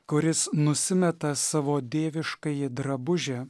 kuris nusimeta savo dieviškąjį drabužį